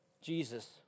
Jesus